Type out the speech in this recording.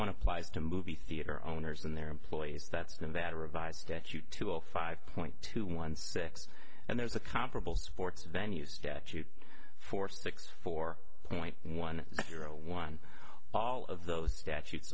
one applies to movie theater owners and their employees that's nevada revised statute two a five point two one six and there's a comparable sports venue statute four six four point one zero one all of those statutes